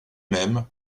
mêmes